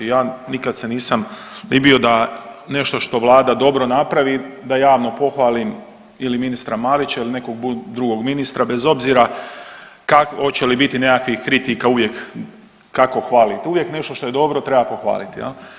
Ja, nikad se nisam ni bio da nešto što Vlada dobro napravi, da javno pohvalim ili ministra Marića ili nekog drugog ministra, bez obzira hoće li biti nekakvih kritika, uvijek kako hvalite, uvijek nešto što je dobro treba pohvaliti.